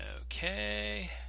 Okay